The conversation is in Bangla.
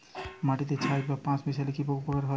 মাটিতে ছাই বা পাঁশ মিশালে কি উপকার হয়?